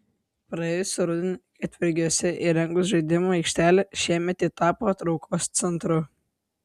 praėjusį rudenį ketvergiuose įrengus žaidimų aikštelę šiemet ji tapo traukos centru